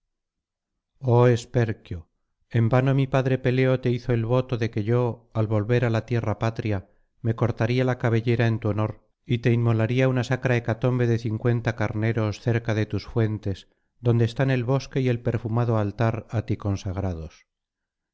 oh esperquio en vano mi padre peleo te hizo el voto de que yo al volver á la tierra patria me cortaría la cabellera en tu honor y te inmolaría una sacra hecatombe de cincuenta carneros cerca de tus fuentes donde están el bosque y el perfumado altar á ti consagrados